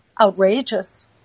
outrageous